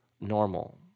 normal